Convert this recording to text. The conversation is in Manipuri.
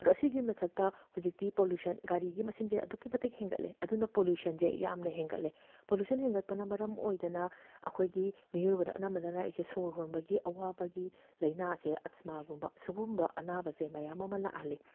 ꯑꯗꯣ ꯑꯁꯤꯒꯤ ꯃꯊꯛꯇ ꯍꯧꯖꯤꯛꯇꯤ ꯄꯣꯂꯨꯁꯟ ꯒꯥꯔꯤꯒꯤ ꯃꯁꯤꯡꯁꯦ ꯑꯗꯨꯛꯀꯤ ꯃꯇꯤꯛ ꯍꯦꯟꯒꯠꯂꯦ ꯑꯗꯨꯅ ꯄꯣꯂꯨꯁꯟꯁꯦ ꯌꯥꯝꯅ ꯍꯦꯟꯒꯠꯂꯦ ꯄꯣꯂꯨꯁꯟ ꯍꯦꯟꯒꯠꯄꯅ ꯃꯔꯝ ꯑꯣꯏꯗꯅ ꯑꯩꯈꯣꯏꯒꯤ ꯃꯤꯑꯣꯏꯕꯗ ꯑꯅꯝꯕꯗꯅ ꯑꯩꯁꯦ ꯁꯣꯔ ꯍꯣꯟꯕꯒꯤ ꯑꯋꯥꯕꯒꯤ ꯂꯩꯅꯥꯁꯦ ꯑꯦꯁꯃꯥꯒꯨꯝꯕ ꯁꯤꯒꯨꯝꯕ ꯑꯅꯥꯕꯁꯦ ꯃꯌꯥꯝ ꯑꯃ ꯂꯥꯛꯍꯜꯂꯤ